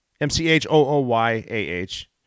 M-C-H-O-O-Y-A-H